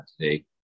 today